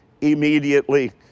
immediately